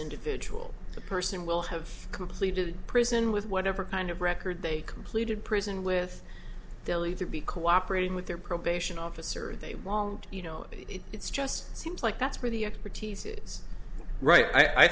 individual the person will have completed prison with whatever kind of record they completed prison with they'll either be cooperating with their probation officer or they won't you know it's just seems like that's where the expertise is right i